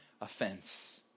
offense